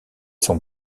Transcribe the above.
sont